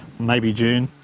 maybe june.